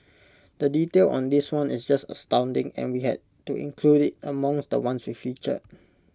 the detail on this one is just astounding and we had to include IT among the ones we featured